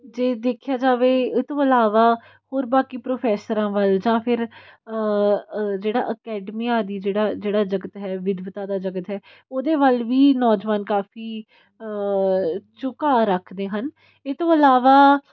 ਜੇ ਦੇਖਿਆ ਜਾਵੇ ਇਹ ਤੋਂ ਇਲਾਵਾ ਹੋਰ ਬਾਕੀ ਪ੍ਰੋਫੈਸਰਾਂ ਵੱਲ ਜਾਂ ਫਿਰ ਜਿਹੜਾ ਅਕੈਡਮੀਆਂ ਦੀ ਜਿਹੜਾ ਜਿਹੜਾ ਜਗਤ ਹੈ ਵਿਦਵਤਾ ਦਾ ਜਗਤ ਹੈ ਉਹਦੇ ਵੱਲ ਵੀ ਨੌਜਵਾਨ ਕਾਫੀ ਝੁਕਾਅ ਰੱਖਦੇ ਹਨ ਇਹ ਤੋਂ ਇਲਾਵਾ